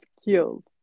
skills